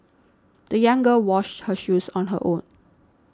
the young girl washed her shoes on her own